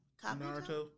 Naruto